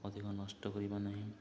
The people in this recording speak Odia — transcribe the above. ଅଧିକ ନଷ୍ଟ କରିବା ନାହିଁ